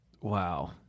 Wow